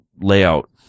layout